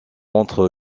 entre